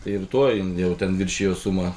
ir tuo jin jau ten viršijo sumą